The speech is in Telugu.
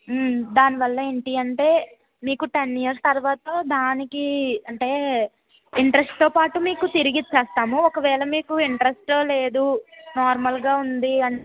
దానివల్ల ఏంటి అంటే మీకు టెన్ ఇయర్స్ తర్వాత దానికి అంటే ఇంట్రెస్ట్తో పాటు మీకు తిరిగి ఇచ్చేస్తాము ఒకవేళ మీకు ఇంటరెస్ట్ లేదు నార్మల్గా ఉంది అంటే